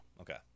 Okay